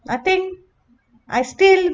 I think I still